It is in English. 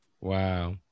Wow